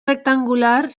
rectangular